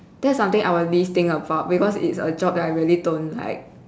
that's something I will least think about because it's a job that I really don't like